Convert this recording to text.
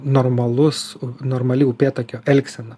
normalus normali upėtakio elgsena